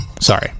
Sorry